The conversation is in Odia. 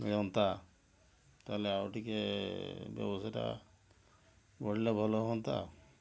ମିଳନ୍ତା ତା'ହେଲେ ଆଉ ଟିକେ ବ୍ୟବସାୟଟା ବଢ଼ିଲେ ଭଲ ହୁଅନ୍ତା